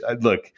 Look